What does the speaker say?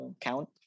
Count